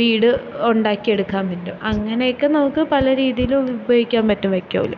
വീട് ഉണ്ടാക്കിയെടുക്കാന് പറ്റും അങ്ങനെയൊക്കെ നമുക്ക് പല രീതിയില് ഉപയോഗിക്കാന് പറ്റും വൈക്കോല്